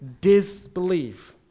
disbelief